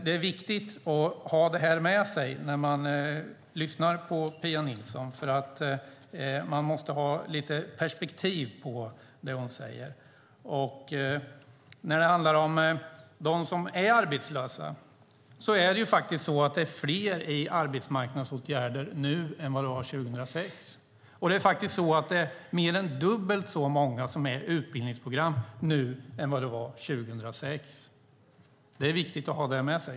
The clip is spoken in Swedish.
Det är viktigt att ha det med sig när man lyssnar på Pia Nilsson, för man måste ha lite perspektiv på det hon säger. Fler arbetslösa är i arbetsmarknadsåtgärder nu än 2006. Mer än dubbelt så många är i utbildningsprogram nu än 2006. Det är viktigt att ha det med sig.